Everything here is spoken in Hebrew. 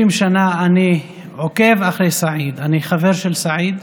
30 שנה אני עוקב אחרי סעיד, אני חבר של סעיד,